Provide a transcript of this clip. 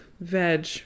veg